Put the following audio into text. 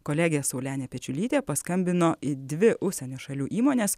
kolegė saulenė pečiulytė paskambino į dvi užsienio šalių įmones